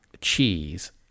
cheese